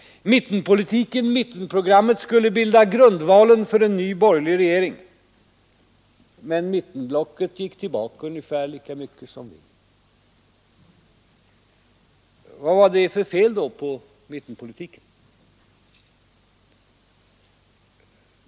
Mittenpolitiken, mittenprogrammet skulle bilda grundvalen för en ny borgerlig regering, men mittenblocket gick tillbaka ungefär lika mycket som vi. Vad var det då för fel på mittenpolitiken?